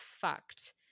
fucked